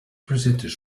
presenters